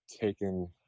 taken